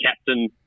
captain